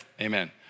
amen